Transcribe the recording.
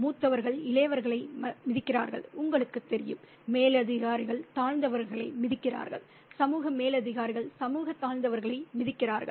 மூத்தவர்கள் இளையவர்களை மிதிக்கிறார்கள் உங்களுக்குத் தெரியும் மேலதிகாரிகள் தாழ்ந்தவர்களை மிதிக்கிறார்கள் சமூக மேலதிகாரிகள் சமூக தாழ்ந்தவர்களை மிதிக்கிறார்கள்